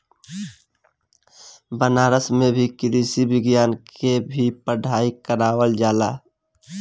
बनारस में भी कृषि विज्ञान के भी पढ़ाई करावल जाला